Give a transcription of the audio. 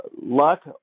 luck